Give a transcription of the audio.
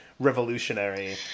revolutionary